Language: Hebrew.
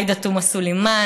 עאידה תומא סלימאן,